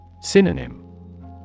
Synonym